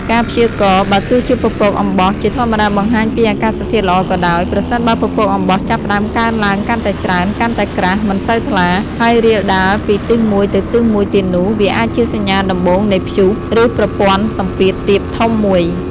ការព្យាករណ៍ បើទោះជាពពក អំបោះ ជាធម្មតាបង្ហាញពីអាកាសធាតុល្អក៏ដោយ ប្រសិនបើពពកអំបោះចាប់ផ្តើមកើនឡើងកាន់តែច្រើន កាន់តែក្រាស់ មិនសូវថ្លា ហើយរាលដាលពីទិសមួយទៅទិសមួយទៀតនោះវាអាចជាសញ្ញាដំបូងនៃព្យុះ ឬប្រព័ន្ធសម្ពាធទាបធំមួយ។